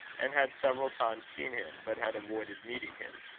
and had several times seen him, but had avoided meeting him.